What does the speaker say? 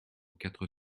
quatre